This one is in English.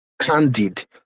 candid